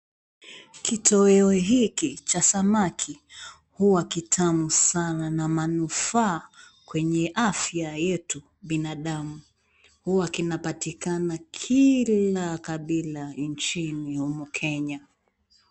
Kitoweo hiki, cha samaki, huwa kitamu sana na manufaa kwenye afya yetu binadamu. Huwa kinapatikana kila kabila nchini humu Kenya.